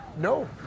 No